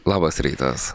labas rytas